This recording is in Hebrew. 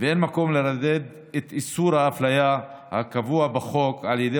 ואין מקום לרדד את איסור האפליה הקבוע בחוק על ידי